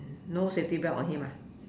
no safety belt on him ah